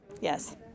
Yes